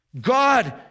God